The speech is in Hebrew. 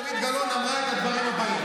אז אני אצטרך להוסיף לו כמו שהוספתי לך.